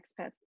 expats